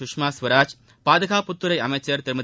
சுஷ்மா ஸ்வராஜ் பாதுகாப்புத்துறை அமைச்சர் திருமதி